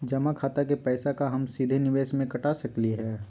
जमा खाता के पैसा का हम सीधे निवेस में कटा सकली हई?